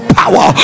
power